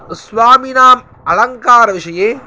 स्वामिनां अलङ्कारविषये